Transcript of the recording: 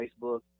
Facebook